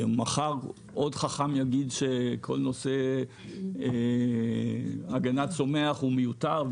מחר עוד חכם יגיד שכל נושא הגנת הצומח הוא מיותר,